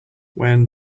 when